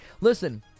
listen